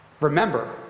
Remember